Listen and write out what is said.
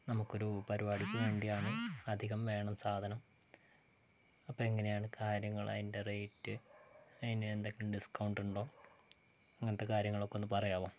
നമുക്കൊരു പരിപാടിക്ക് വേണ്ടിയാണ് അധികം വേണം സാധനം അപ്പോൾ എങ്ങനെയാണ് കാര്യങ്ങൾ അതിൻ്റെ റേറ്റ് അതിന് എന്തൊക്കെ ഡിസ്കൗണ്ട് ഉണ്ടോ അങ്ങനത്തെ കാര്യങ്ങളൊക്കെ ഒന്ന് പറയാവോ